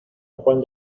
juan